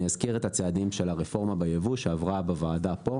אני אזכיר את הצעדים של הרפורמה בייבוא שעברה בוועדה פה.